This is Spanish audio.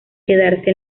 quedarse